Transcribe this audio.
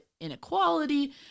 inequality